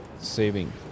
saving